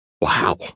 Wow